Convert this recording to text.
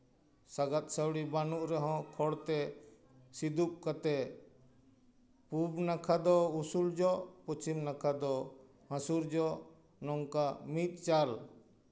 ᱥᱟᱸᱜᱟᱫ ᱥᱟᱹᱣᱲᱤ ᱵᱟᱹᱱᱩᱜ ᱨᱮᱦᱚᱸ ᱠᱷᱚᱲᱛᱮ ᱥᱤᱫᱩᱯ ᱠᱟᱛᱮ ᱯᱩᱵ ᱱᱟᱠᱷᱟ ᱫᱚ ᱩᱥᱩᱞ ᱧᱚᱜ ᱯᱚᱪᱷᱤᱢ ᱱᱟᱠᱷᱟ ᱫᱚ ᱦᱟᱹᱥᱩᱨ ᱧᱚᱜ ᱱᱚᱝᱠᱟ ᱢᱤᱫ ᱪᱟᱞ